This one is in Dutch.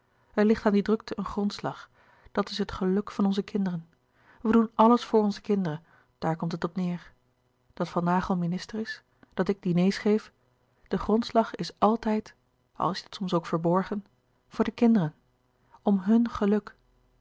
ligt aan die drukte een grondslag dat is het geluk van onze kinderen we doen alles voor onze kinderen daar komt het op neêr dat van naghel minister is dat ik diners geef de grondslag is altijd al is dit soms ook verborgen voor de kinderen om hun geluk